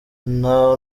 nta